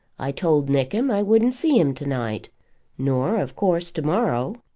i told nickem i wouldn't see him to-night nor, of course, to-morrow.